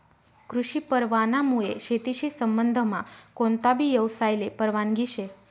कृषी परवानामुये शेतीशी संबंधमा कोणताबी यवसायले परवानगी शे